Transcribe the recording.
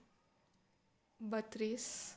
બત્રીસ